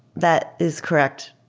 that is correct.